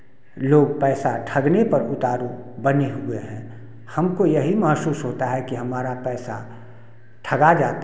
लोग पैसा ठगने पर उतारू बने हुए हैं हमको यही महसूस होता है कि हमारा पैसा ठगा जाता है